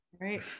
Right